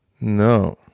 No